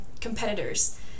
competitors